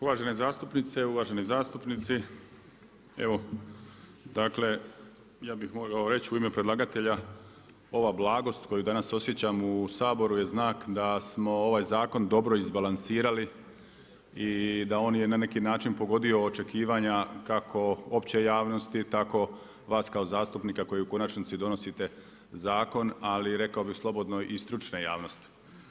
Uvažene zastupnice, uvaženi zastupnici evo dakle ja bih mogao reći u ime predlagatelja ovu blagost koju danas osjećam u Saboru je znak da smo ovaj zakon dobro izbalansirali i da on je na neki način pogodio očekivanja kako opće javnosti tako vas kao zastupnika koji u konačnici donosite zakon, ali rekao bih slobodno i stručne javnosti.